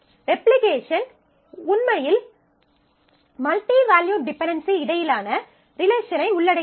replication உண்மையில் multi valued dependency இடையிலான ரிலேஷனை உள்ளடக்கியது